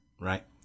right